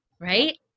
Right